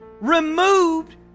removed